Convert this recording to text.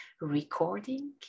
recording